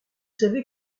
savez